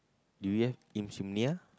do you have insomnia